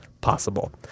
Possible